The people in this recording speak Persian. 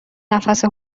نفس